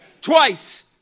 Twice